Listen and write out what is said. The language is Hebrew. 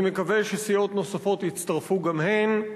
אני מקווה שסיעות נוספות יצטרפו גם הן.